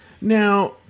Now